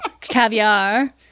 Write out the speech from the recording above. Caviar